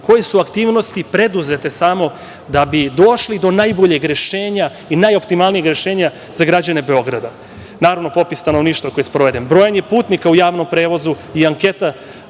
koje su aktivnosti preduzete samo da bi došli do najboljeg rešenja i najoptimalnijeg rešenja za građane Beograda. Naravno, popis stanovništva, koji je sproveden, brojanje putnika u javnom prevozu i anketa